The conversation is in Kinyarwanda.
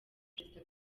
perezida